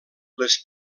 les